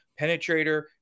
penetrator